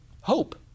hope